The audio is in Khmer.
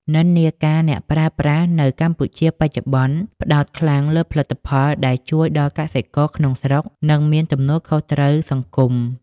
និន្នាការអ្នកប្រើប្រាស់នៅកម្ពុជាបច្ចុប្បន្ន ផ្ដោតខ្លាំងលើផលិតផលដែលជួយដល់កសិករក្នុងស្រុក និងមានទំនួលខុសត្រូវសង្គម។